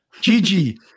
Gigi